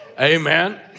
Amen